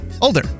Older